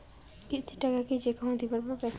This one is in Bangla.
কিস্তির টাকা কি যেকাহো দিবার পাবে?